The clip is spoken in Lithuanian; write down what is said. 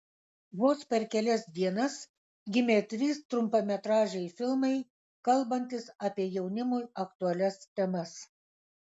vos per kelias dienas gimė trys trumpametražiai filmai kalbantys apie jaunimui aktualias temas